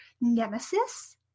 nemesis